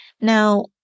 Now